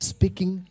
Speaking